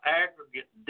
aggregate